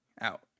out